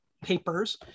papers